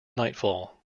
nightfall